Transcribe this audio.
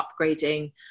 upgrading